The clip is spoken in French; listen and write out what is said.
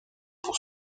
pour